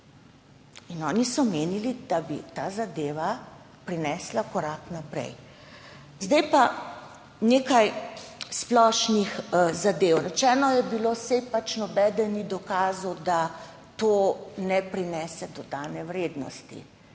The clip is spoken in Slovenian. Oni so menili, da bi ta zadeva prinesla korak naprej. Zdaj pa nekaj splošnih zadev. Rečeno je bilo, saj pač noben ni dokazal, da to ne prinese dodane vrednosti.